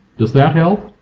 does that help?